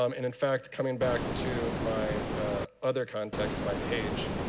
um in in fact, coming back to my other context in my page,